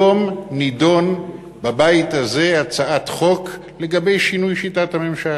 היום נדונה בבית הזה הצעת חוק לגבי שינוי שיטת הממשל.